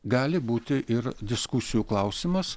gali būti ir diskusijų klausimas